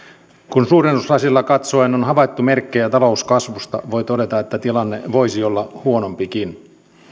kun suurennuslasilla katsoen on havaittu merkkejä talouskasvusta voi todeta että tilanne voisi olla huonompikin